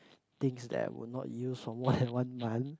things that will not use for more than one month